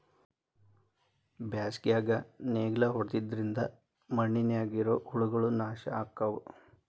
ಬ್ಯಾಸಿಗ್ಯಾಗ ನೇಗ್ಲಾ ಹೊಡಿದ್ರಿಂದ ಮಣ್ಣಿನ್ಯಾಗ ಇರು ಹುಳಗಳು ನಾಶ ಅಕ್ಕಾವ್